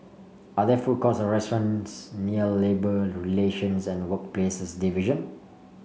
are there food courts or restaurants near Labour Relations and Workplaces Division